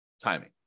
timing